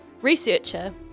researcher